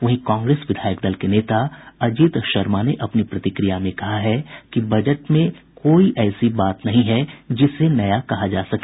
वहीं कांग्रेस विधायक दल के नेता अजीत शर्मा ने अपनी प्रतिक्रिया में कहा है कि बजट में कोई ऐसी बात नहीं है जिसे नया कहा जा सके